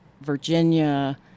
Virginia